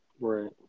Right